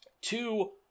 two